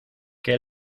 que